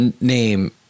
name